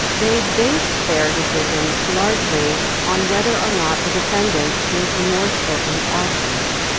they base their decision largely on whether or not the defendant feels remorseful for his actions.